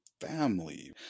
family